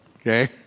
okay